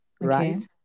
right